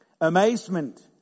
amazement